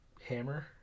hammer